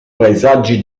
paesaggi